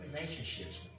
relationships